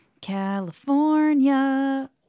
California